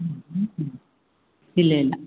ഉം ഉം ഉം ഇല്ല ഇല്ല